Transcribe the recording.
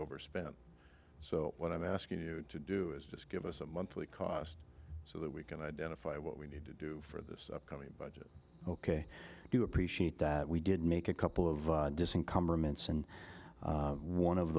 overspent so what i'm asking you to do is just give us a monthly cost so that we can identify what we need to do for this upcoming budget ok i do appreciate that we did make a couple of